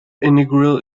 inaugural